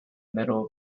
middle